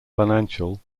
financial